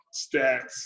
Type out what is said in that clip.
stats